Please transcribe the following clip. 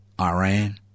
Iran